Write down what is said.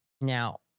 Now